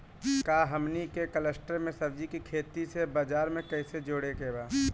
का हमनी के कलस्टर में सब्जी के खेती से बाजार से कैसे जोड़ें के बा?